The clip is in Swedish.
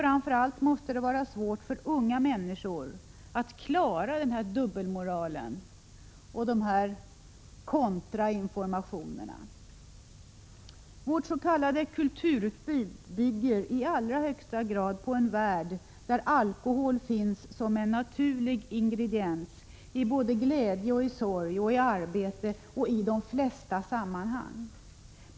Det måste vara särskilt svårt för unga människor att klara denna dubbelmoral och dessa kontrainformationer. Vårt s.k. kulturutbud bygger i allra högsta grad på en värld där alkohol finns som en naturlig ingrediens i både glädje och sorg, i arbete och i de flesta sammanhang.